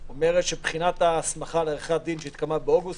אומרת שבחינת ההסמכה שהתקיימה באוגוסט